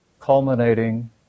culminating